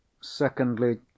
secondly